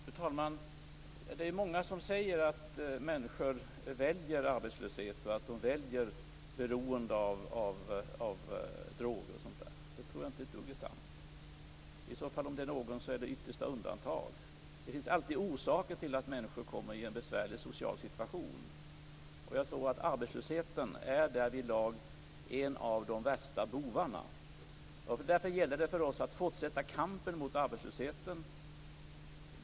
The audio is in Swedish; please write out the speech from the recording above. Fru talman! Det är många som säger att människor väljer arbetslöshet, beroende av droger osv. Det tror jag inte ett dugg på. Om det finns någon är det yttersta undantag. Det finns alltid orsaker till att människor kommer i en besvärlig social situation. Jag tror att arbetslösheten därvidlag är en av de värsta bovarna. Därför gäller det för oss att fortsätta kampen mot arbetslösheten.